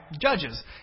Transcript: judges